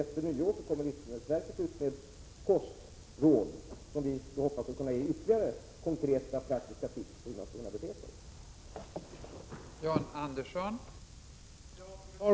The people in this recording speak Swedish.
Efter nyår kommer livsmedelsverket att ge ut kostråd, som vi hoppas skall kunna ge ytterligare konkreta, praktiska tips om hur människor skall kunna bete sig.